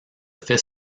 fait